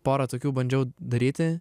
porą tokių bandžiau daryti